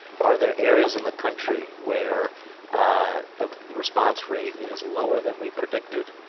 are there areas in the country where ah the the response rate is lower than we predicted.